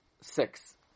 six